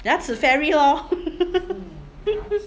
牙齿 fairy lor